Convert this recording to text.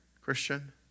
Christian